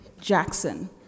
Jackson